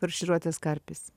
farširuotas karpis